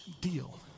deal